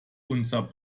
unser